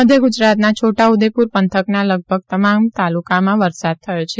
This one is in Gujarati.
મેધ્ય ગુજરાતના છોટાઉદેપુર પંથકના લગભગ તમામ તાલુકામાં વરસાદ થયો છે